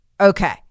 Okay